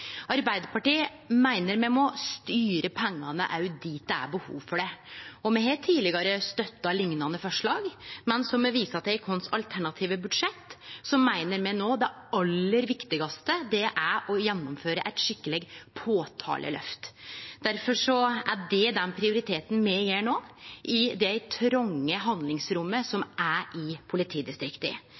Arbeidarpartiet meiner me må styre pengane dit det er behov for det. Me har tidlegare støtta liknande forslag, men som me viser til i vårt alternative budsjett, meiner me no at det aller viktigaste er å gjennomføre eit skikkeleg påtaleløft. Difor er det den prioriteten me har no, i det tronge handlingsrommet som er i politidistrikta.